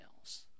else